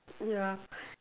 ya